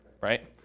right